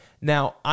Now